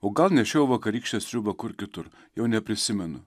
o gal nešiau vakarykščią sriubą kur kitur jau neprisimenu